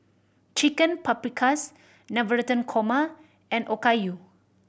Chicken Paprikas Navratan Korma and Okayu